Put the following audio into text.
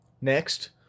Next